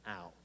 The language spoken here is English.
out